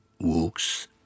walks